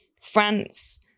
France